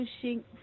pushing